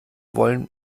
wollen